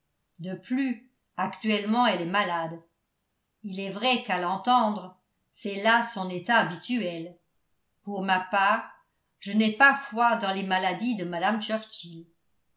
de plus actuellement elle est malade il est vrai qu'à l'entendre c'est là son état habituel pour ma part je n'ai pas foi dans les maladies de mme